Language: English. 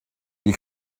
you